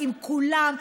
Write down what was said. עם כולם,